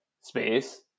space